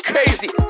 Crazy